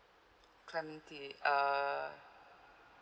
clementi err